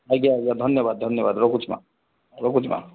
ଆଜ୍ଞା ଆଜ୍ଞା ଧନ୍ୟବାଦ ଧନ୍ୟବାଦ ରଖୁଛି ମ୍ୟାମ୍ ରଖୁଛି ମ୍ୟାମ୍